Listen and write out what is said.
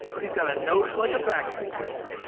he's got a nose like a vacuum cleaner.